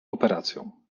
operacją